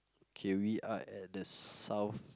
can we art at the south